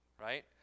right